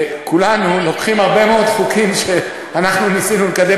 כולנו לוקחים הרבה מאוד חוקים שאנחנו ניסינו לקדם